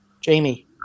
Jamie